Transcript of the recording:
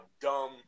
dumb